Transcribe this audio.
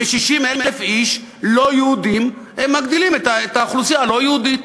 60,000 איש לא יהודים מגדילים את האוכלוסייה הלא-יהודית.